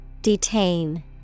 Detain